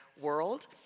world